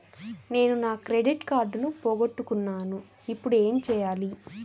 నేను నా క్రెడిట్ కార్డును పోగొట్టుకున్నాను ఇపుడు ఏం చేయాలి?